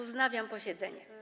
Wznawiam posiedzenie.